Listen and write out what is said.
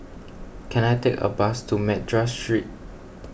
can I take a bus to Madras Street